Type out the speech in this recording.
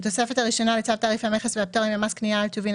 בתוספת הראשונה לצו תעריף המכס והפטורים ומס קנייה על טובין,